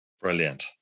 Brilliant